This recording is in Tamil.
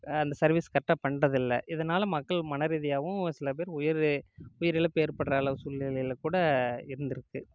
அந்த சர்வீஸ் கரெக்டாக பண்ணுறதில்ல இதனால் மக்கள் மனரீதியாகவும் சில பேர் உயிர் உயிரிழப்பு ஏற்படுற அளவுக்கு சூழ்நிலையில் கூட இருந்திருக்கு